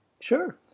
Sure